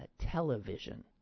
television